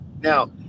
Now